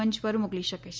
મંચ ઉપર મોકલી શકે છે